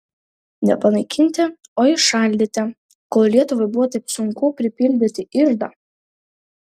ne panaikinti o įšaldyti kol lietuvai buvo taip sunku pripildyti iždą